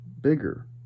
bigger